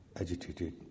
agitated